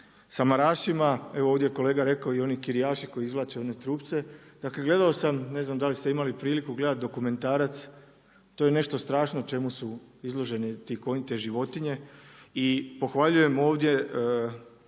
samarašima, evo ovdje je kolega rekao i oni kirijaši koji izvlače one trupce, dakle gledao sam ne znam da li ste imali priliku gledati dokumentarac, to je nešto strašno čemu su izložene te životinje i pohvaljujem ovdje